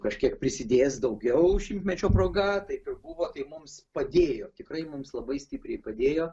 kažkiek prisidės daugiau šimtmečio proga taip ir buvo tai mums padėjo tikrai mums labai stipriai padėjo